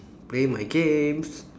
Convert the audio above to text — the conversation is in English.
play my games